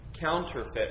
Counterfeit